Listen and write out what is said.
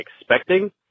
expecting